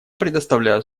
предоставляю